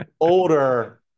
Older